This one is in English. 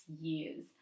years